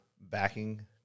backing